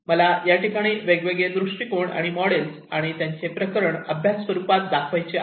मला या ठिकाणी वेगवेगळे दृष्टिकोन आणि मॉडेल्स आणि त्यांचे प्रकरण अभ्यास स्वरूपात दाखवायचे आहेत